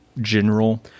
general